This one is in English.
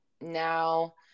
now